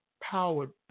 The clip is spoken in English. powered